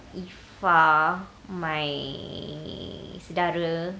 iffah my saudara